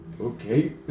Okay